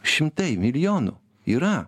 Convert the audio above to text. šimtai milijonų yra